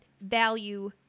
value